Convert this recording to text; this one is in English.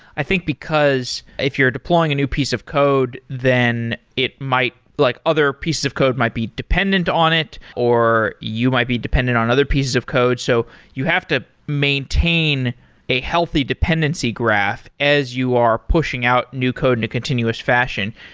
i think because if you're deploying a new piece of code, then it might like other pieces of code might be dependent on it, or you might be dependent on other pieces of code, so you have to maintain a healthy dependency graph as you are pushing out new code in a continuous fashion.